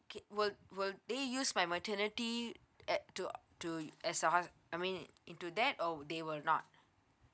okay will will they use my maternity uh to to as a hos~ I mean into that or they will not